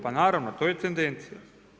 Pa naravno, to je tendencija.